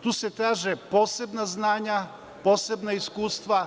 Tu se traže posebna znanja, posebna iskustva